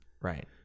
right